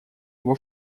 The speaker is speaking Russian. его